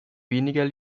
weniger